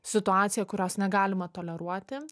situacija kurios negalima toleruoti